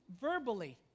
verbally